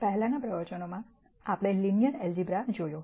પહેલાનાં પ્રવચનોમાં આપણે લિનયર ઐલ્જબ્રા જોયું